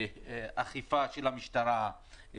אכיפה של המשטרה,